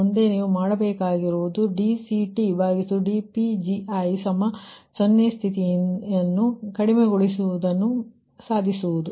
ಮುಂದೆ ನೀವು ಮಾಡಬೇಕಾಗಿರುವುದು dCTdPgi0 ಸ್ಥಿತಿಯಿಂದ ಕಡಿಮೆಗೊಳಿಸುವಿಕೆಯನ್ನು ಸಾಧಿಸಬಹುದು